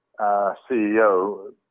CEO